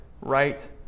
right